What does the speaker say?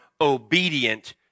obedient